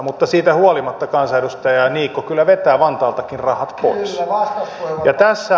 mutta siitä huolimatta kansanedustaja niikko kyllä vetää vantaaltakin rahat pois